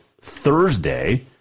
Thursday